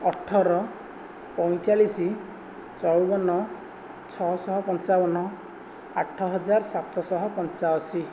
ଅଠର ପଇଁଚାଳିଶ ଚଉବନ ଛଅଶହ ପଞ୍ଚାବନ ଆଠ ହଜାର ସାତଶହ ପଞ୍ଚାଅଶୀ